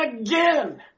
again